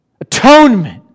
atonement